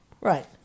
right